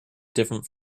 different